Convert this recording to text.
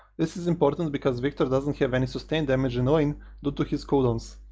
this is important because viktor doesnt have any sustained damage in lane due to his cooldowns.